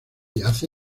yace